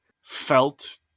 Felt